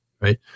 Right